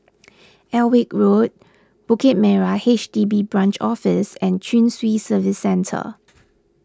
Alnwick Road Bukit Merah H D B Branch Office and Chin Swee Service Centre